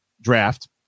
draft